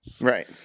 Right